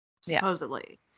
supposedly